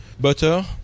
Butter